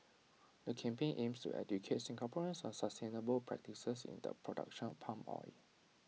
the campaign aims to educate Singaporeans on sustainable practices in the production of palm oil